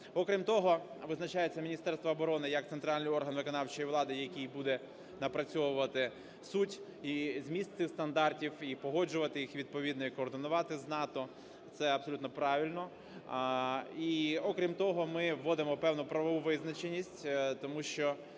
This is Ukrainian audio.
Окрім того, визначається Міністерство оборони як центральний орган виконавчої влади, який буде напрацьовувати суть і зміст цих стандартів і погоджувати їх, і координувати з НАТО – це абсолютно правильно. І, окрім того, ми вводимо певну правову визначеність, тому що